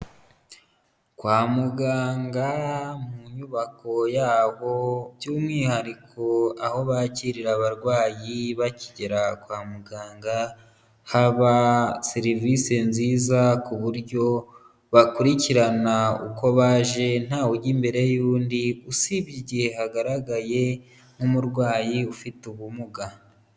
Kwa muganga mu nyubako yabo by'umwihariko aho bakirira abarwayi bakigera kwa muganga haba serivisi nziza ku buryo bakurikirana uko baje ntawe ujya imbere y'undi usibye igihe hagaragaye nk'umurwayi ufite ubumuga.